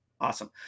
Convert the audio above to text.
Awesome